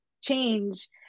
change